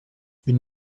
une